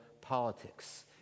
politics